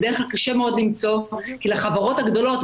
ובדרך כלל קשה מאוד למצוא כי לחברות הגדולות,